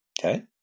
Okay